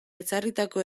ezarritako